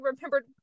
remembered